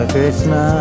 Krishna